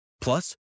Plus